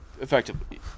Effectively